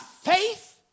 faith